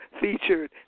featured